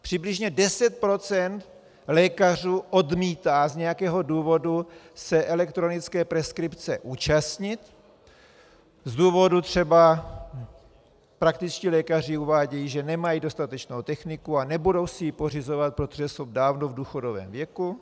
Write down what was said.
Přibližně 10 % lékařů odmítá z nějakého důvodu se elektronické preskripce účastnit z důvodu třeba praktičtí lékaři uvádějí, že nemají dostatečnou techniku a nebudou si ji pořizovat, protože jsou dávno v důchodovém věku.